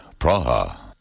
Praha